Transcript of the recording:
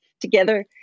together